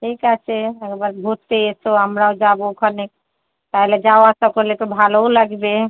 ঠিক আছে একবার ঘুরতে এসো আমরাও যাবো ওখানে তাহলে যাওয়া আসা করলে একটু ভালোও লাগবে